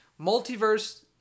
Multiverse